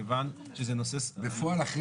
כיוון שזה נושא --- בפועל,